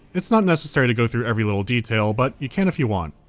it's not necessary to go through every little detail, but you can if you want.